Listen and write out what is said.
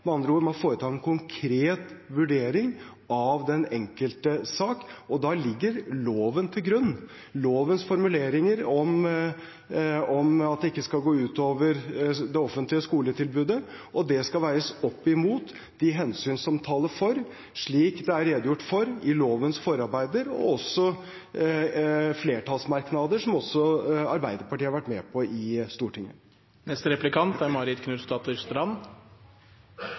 Med andre ord foretar man en konkret vurdering av den enkelte sak. Da ligger loven til grunn – lovens formuleringer om at det ikke skal gå ut over det offentlige skoletilbudet – og det skal veies opp mot de hensyn som taler for, slik det er redegjort for i lovens forarbeider og i flertallsmerknader som også Arbeiderpartiet har vært med på i Stortinget.